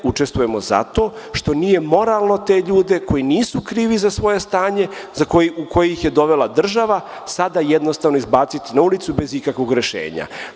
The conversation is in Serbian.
Učestvujemo zato što nije moralno te ljude koji nisu krivi za svoje stanje u koje ih je dovela država, sada jednostavno izbaciti na ulicu bez ikakvog rešenja.